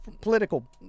political